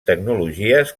tecnologies